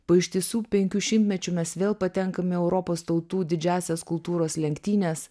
po ištisų penkių šimtmečių mes vėl patenkam į europos tautų didžiąsias kultūros lenktynes